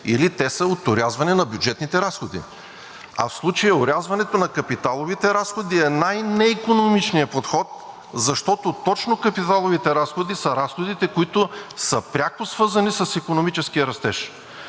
или те са от орязване на бюджетните разходи. А в случая орязването на капиталовите разходи е най неикономичният подход, защото точно капиталовите разходи са разходите, които са пряко свързани с икономическия растеж.